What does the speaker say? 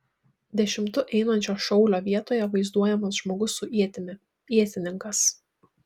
dešimtu einančio šaulio vietoje vaizduojamas žmogus su ietimi ietininkas